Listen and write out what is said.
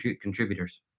contributors